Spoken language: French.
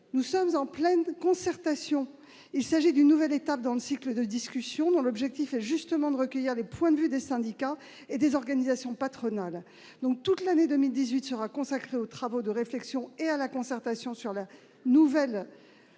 Nous sommes en pleine concertation. Il s'agit d'une nouvelle étape dans le cycle de discussions, dont l'objectif est de recueillir les points de vue des syndicats et des organisations patronales. Ainsi, toute l'année 2018 sera consacrée aux travaux de réflexion et à la concertation sur la nouvelle